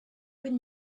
would